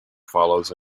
follows